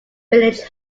village